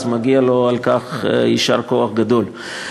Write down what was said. אז מגיע לו על כך יישר כוח גדול.